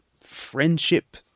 friendship